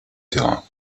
terrain